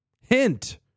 Hint